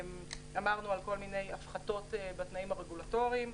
אמרנו על כל מיני הפחתות בתנאים הרגולטוריים,